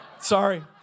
Sorry